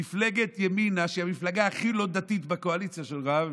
מפלגת ימינה שהיא המפלגה הכי לא דתית בקואליציה שלך.